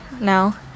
now